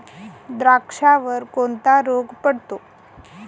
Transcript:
द्राक्षावर कोणता रोग पडतो?